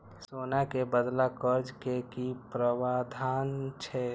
सोना के बदला कर्ज के कि प्रावधान छै?